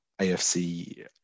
AFC